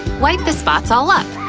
wipe the spots all up!